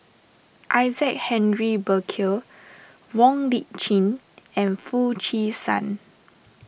Isaac Henry Burkill Wong Lip Chin and Foo Chee San